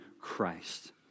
Christ